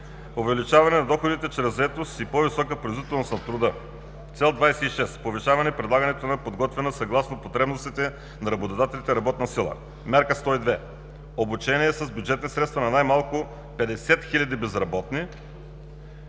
Увеличаване на доходите чрез заетост и по-висока производителност на труда. Цел 26: Повишаване предлагането на подготвена съгласно потребностите на работодателите работна сила. Мярка 102: Обучение с бюджетни средства на най-малко 50 хиляди безработни